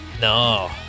no